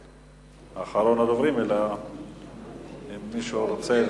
כן, אחרון הדוברים, אלא אם מישהו ירצה.